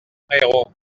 héros